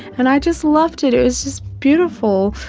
and i just loved it, it was just beautiful.